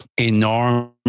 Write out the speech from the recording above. enormous